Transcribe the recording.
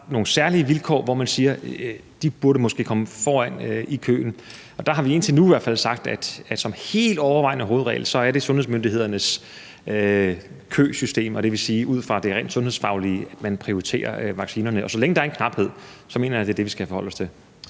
nogle særlige vilkår, hvor man siger, at de måske burde komme foran i køen. Og der har vi i hvert fald indtil nu sagt, at som den helt overvejende hovedregel er det ud fra sundhedsmyndighedernes køsystem, og det vil sige ud fra det rent sundhedsfaglige, at man prioriterer vaccinerne. Og så længe der er en knaphed, mener jeg, at det er det, vi skal forholde os til.